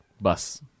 bus